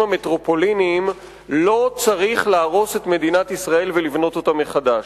המטרופוליניים לא צריך להרוס את מדינת ישראל ולבנות אותה מחדש.